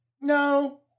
No